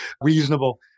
reasonable